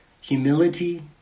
humility